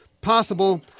possible